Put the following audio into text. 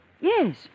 Yes